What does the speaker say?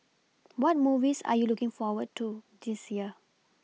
what movies are you looking forward to this year